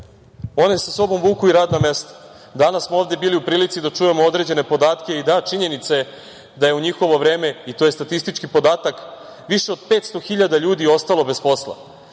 one sa sobom vuku i radna mesta. Danas smo ovde bili u prilici da čujemo određene podatke i da, činjenica je da je u njihovo vreme, i to je statistički podatak, više od 500 hiljada ljudi je ostalo bez posla.